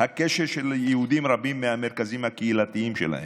הקשר של יהודים רבים מהמרכזים הקהילתיים שלהם,